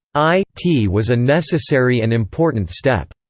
i t was a necessary and important step.